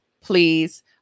please